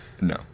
No